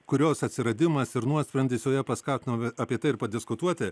kurios atsiradimas ir nuosprendis joje paskatino apie tai ir padiskutuoti